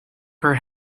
her